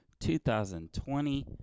2020